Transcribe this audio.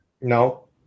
No